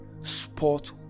Sport